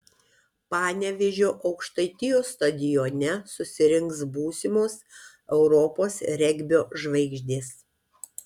panevėžio aukštaitijos stadione susirinks būsimos europos regbio žvaigždės